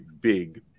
big